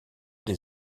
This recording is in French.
des